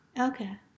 Okay